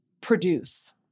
produce